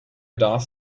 does